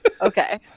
Okay